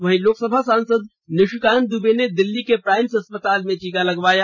वहीं सांसद निशिकांत दूबे ने दिल्ली के प्राइम्स अस्पताल में टीका लगवाया